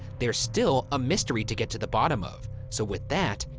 there's still a mystery to get to the bottom of. so with that,